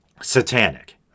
satanic